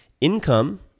Income